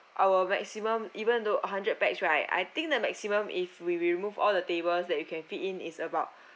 our maximum even though a hundred pax right I think the maximum if we remove all the tables that you can fit in is about